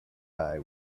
eye